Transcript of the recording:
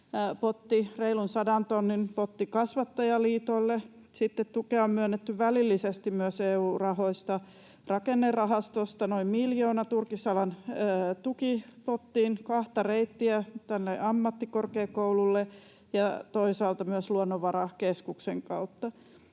potti kasvattajaliitolle. Sitten tukea on myönnetty välillisesti myös EU-rahoista: rakennerahastosta noin miljoona turkisalan tukipottiin, kahta reittiä ammattikorkeakoululle ja toisaalta myös Luonnonvarakeskuksen kautta.